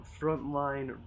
Frontline